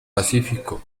pacífico